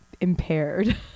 impaired